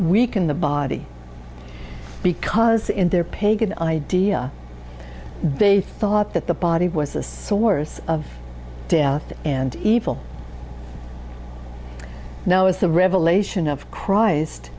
weaken the body because in their pagan idea they thought that the body was the source of death and evil now is the revelation of christ